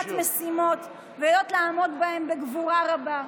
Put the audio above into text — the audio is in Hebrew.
משימות ויודעות לעמוד בהן בגבורה רבה.